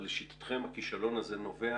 אבל לשיטתכם הכישלון הזה נוסע